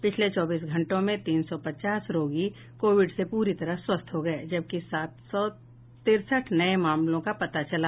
पिछले चौबीस घंटों में तीन सौ पचास रोगी कोविड से पूरी तरह स्वस्थ हो गए जबकि सात सौ तिरसठ नए मामलों का पता चला